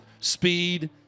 speed